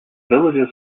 villagers